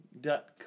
Dot